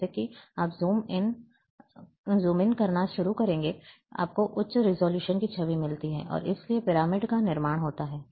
जैसे ही आप ज़ूम इन करना शुरू करते हैं आपको उच्च रिज़ॉल्यूशन की छवि मिलती है और इसलिए पिरामिड का निर्माण होता है